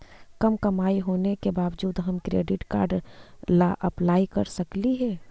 कम कमाई होने के बाबजूद हम क्रेडिट कार्ड ला अप्लाई कर सकली हे?